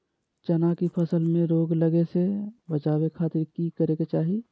चना की फसल में रोग लगे से बचावे खातिर की करे के चाही?